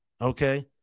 okay